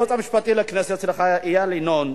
לכנסת איל ינון,